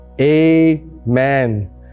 Amen